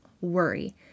worry